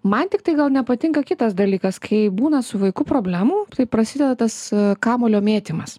man tiktai gal nepatinka kitas dalykas kai būna su vaiku problemų tai prasideda tas kamuolio mėtymas